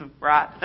right